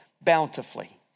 bountifully